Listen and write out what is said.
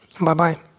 Bye-bye